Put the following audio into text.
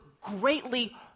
greatly